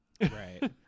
Right